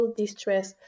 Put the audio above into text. distress